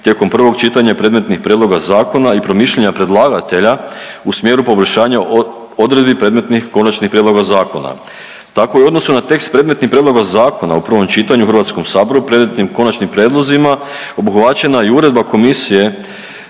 tijekom prvog čitanja predmetnih prijedloga zakona i promišljanja predlagatelja u smjeru poboljšanja odredbi predmetnih konačnih prijedloga zakona. Tako je u odnosu na tekst predmetnih prijedloga zakona u prvom čitanju u HS-u predmetnim konačnim prijedlozima obuhvaćena i Uredba Komisije